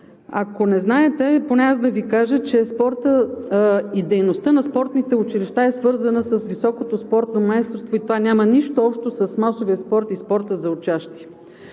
Ако не знаете, нека да Ви кажа, че спортът и дейността на спортните училища е свързана с високото спортно майсторство и това няма нищо общо с масовия спорт и спорта за учащи.